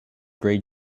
gray